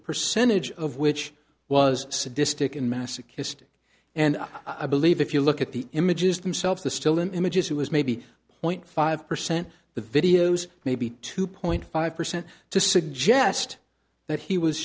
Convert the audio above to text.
percentage of which was sadistic and masochistic and i believe if you look at the images themselves the still images he was maybe point five percent the videos maybe two point five percent to suggest that he was